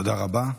תודה רבה.